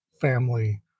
family